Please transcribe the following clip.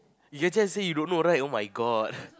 you every time say you don't know right oh-my-God